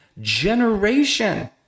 generation